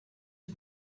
you